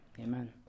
amen